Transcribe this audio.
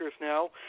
now